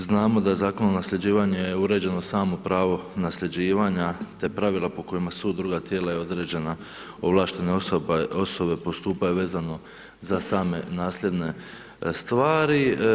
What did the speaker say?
Znamo da Zakonom o nasljeđivanju je uređeno samo pravo nasljeđivanja te pravila po kojima sud druga tijela i određene ovlaštene osobe postupaju vezano za same nasljedne stvari.